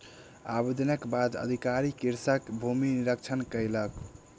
आवेदनक बाद अधिकारी कृषकक भूमि निरिक्षण कयलक